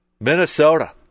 Minnesota